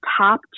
top